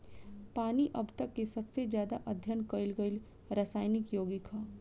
पानी अब तक के सबसे ज्यादा अध्ययन कईल गईल रासायनिक योगिक ह